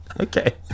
Okay